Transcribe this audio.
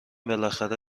بالاخره